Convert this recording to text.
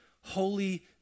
Holy